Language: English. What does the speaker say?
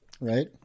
right